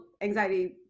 anxiety